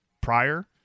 prior